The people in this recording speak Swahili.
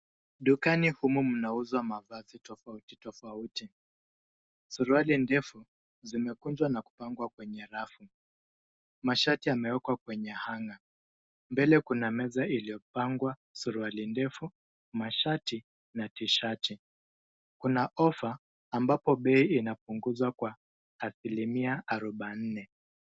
Dukani humu mnauzwa mavazi tofauti tofauti. Suruali ndefu zimekunjwa na kupangwa kwenye rafu. Mashati yamewekwa kwenye hanger .Mbele kuna meza iliyopangwa suruali ndefu, mashati na T-shirt .Kuna ofa ambapo bei inapunguzwa kwa asilimia arobaini.